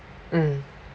mm